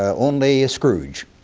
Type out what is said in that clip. only a scrooge.